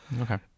Okay